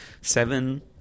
seven